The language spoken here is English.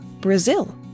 Brazil